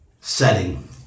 setting